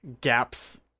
gaps